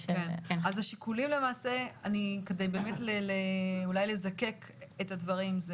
כדי לזקק את הדברים,